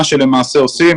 מה שלמעשה עושים,